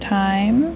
time